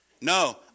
No